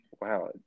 Wow